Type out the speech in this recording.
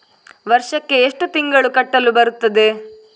ವರ್ಷಕ್ಕೆ ಎಷ್ಟು ತಿಂಗಳು ಕಟ್ಟಲು ಬರುತ್ತದೆ?